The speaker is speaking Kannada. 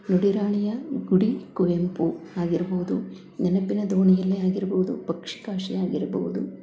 ನುಡಿರಾಣಿಯ ಗುಡಿ ಕುವೆಂಪು ಆಗಿರ್ಬೋದು ನೆನಪಿನ ದೋಣಿಯಲ್ಲಿ ಆಗಿರ್ಬೋದು ಪಕ್ಷಿಕಾಶಿ ಆಗಿರ್ಬೋದು